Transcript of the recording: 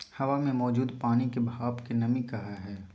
हवा मे मौजूद पानी के भाप के नमी कहय हय